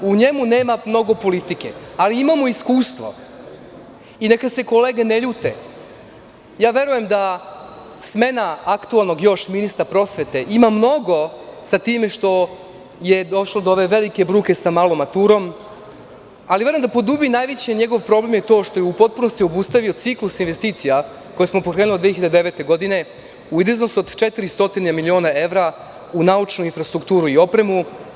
U njemu nema mnogo politike, ali imamo iskustvo i neka se kolege ne ljute, verujem da smena još aktuelnog ministra prosvete ima mnogo sa time što je došlo do ove velike bruke sa malo maturom, ali verujem da je najveći njegov problem to što je u potpunosti obustavio ciklus investicija koje smo pokrenuli 2009. godine u iznosu od 400 miliona evra u naučnu infrastrukturu i opremu.